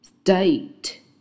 state